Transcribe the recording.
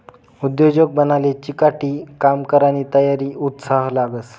उद्योजक बनाले चिकाटी, काम करानी तयारी, उत्साह लागस